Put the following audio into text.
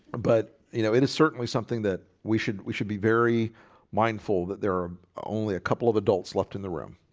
but you know it is certainly something that we should we should be very mindful that there are only a couple of adults left in the room